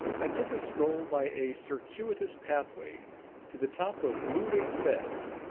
i took a stroll by a circuitous pathway to the top of loughrigg fell.